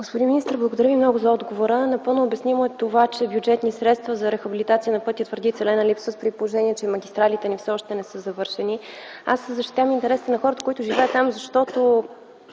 Господин министър, благодаря Ви много за отговора. Напълно обяснимо е това, че бюджетни средства за рехабилитация на пътя Твърдица – Елена липсват, при положение че магистралите ни все още не са завършени. Аз защитавам интересите на хората, които живеят там, защото